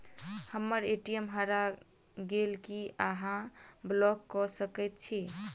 हम्मर ए.टी.एम हरा गेल की अहाँ ब्लॉक कऽ सकैत छी?